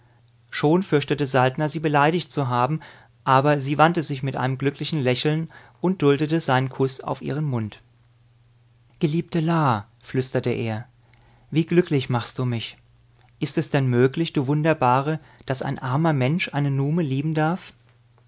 schon fürchtete saltner sie beleidigt zu haben aber sie wandte sich mit einem glücklichen lächeln und duldete seinen kuß auf ihren mund geliebte la flüsterte er wie glücklich machst du mich ist es denn möglich du wunderbare daß ein armer mensch eine nume lieben darf